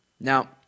now